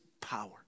power